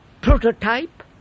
prototype